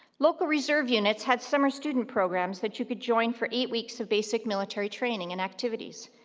local reserve units had summer student programs that you could join for eight weeks of basic military training and activities.